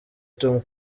tom